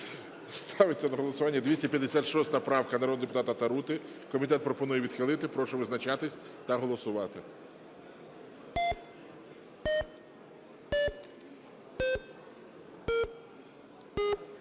Ставиться на голосування 256 правка народного депутата Тарути. Комітет пропонує відхилити. Прошу визначатися та голосувати.